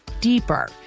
deeper